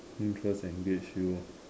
interest engage you